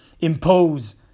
impose